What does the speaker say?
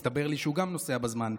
הסתבר לי שגם הוא נוסע בזמן,